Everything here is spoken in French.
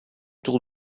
tour